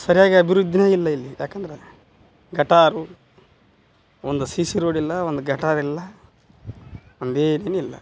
ಸರಿಯಾಗಿ ಅಭಿವೃದ್ಧಿನೇ ಇಲ್ಲ ಇಲ್ಲಿ ಯಾಕಂದರೆ ಗಟಾರ ಒಂದು ಸಿ ಸಿ ರೋಡ್ ಇಲ್ಲ ಒಂದು ಗಟಾರ ಇಲ್ಲ ಒಂದು ಏನಿಲ್ಲ